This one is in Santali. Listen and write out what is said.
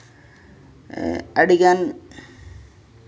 ᱟᱹᱰᱤᱜᱟᱱ